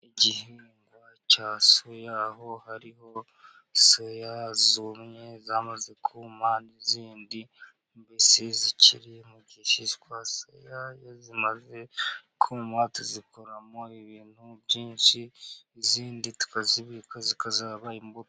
Igihingwa cya soya aho hariho soya zumye, zamaze kuma, izindi mbisi zikiri mu gishishwa, soya zimaze kuma tuzikoramo ibintu byinshi, izindi tukazibika zikazaba imbuto.